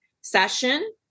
session